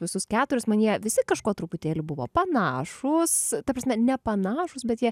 visus keturis manyje visi kažko truputėlį buvo panašūs ta prasme nepanašūs bet jie